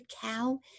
cow